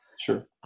Sure